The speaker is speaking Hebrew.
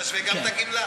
תשווה גם את הגמלה.